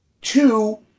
Two